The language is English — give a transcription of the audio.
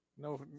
No